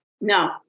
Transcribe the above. No